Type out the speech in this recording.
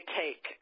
take